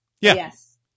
Yes